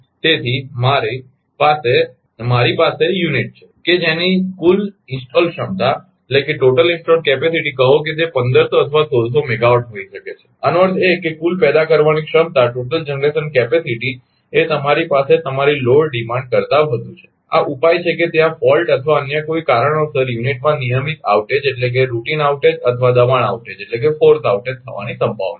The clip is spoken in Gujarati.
તેથી મારી પાસે મારી પાસે યુનિટ છે કે જેની કુલ ઇન્સ્ટોલ ક્ષમતા કહો કે તે 1500 અથવા 1600 મેગાવાટ હોઈ શકે છે આનો અર્થ એ કે કુલ પેદા કરવાની ક્ષમતાટોટલ જનરેશન કેપેસીટી એ તમારી પાસે તમારી લોડ ડિમાન્ડ કરતા વધુ છે આ ઉપાય એ છે કે ત્યાં ફોલ્ટ અથવા અન્ય કોઇ કારણોસર યુનિટમાં નિયમિત આઉટેજ અથવા દબાણ આઉટેજ થવાની સંભાવના છે